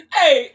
hey